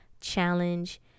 challenge